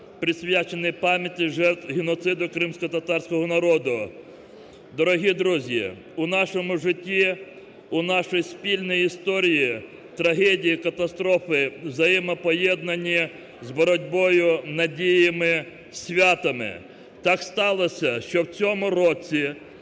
присвячений пам'яті жертв геноциду кримськотатарського народу. Дорогі друзі, у нашому житті, у нашій спільній історії, трагедії, катастрофі взаємопоєднані з боротьбою, надіями, святами. Так сталося, що в цьому році…